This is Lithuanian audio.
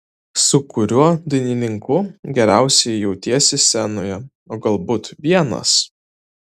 su kuriuo dainininku geriausiai jautiesi scenoje o galbūt vienas